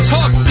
Talk